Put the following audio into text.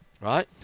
Right